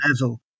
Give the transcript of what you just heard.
level